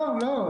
לא,